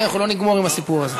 כי אנחנו לא נגמור עם הסיפור הזה.